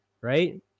Right